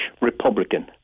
Republican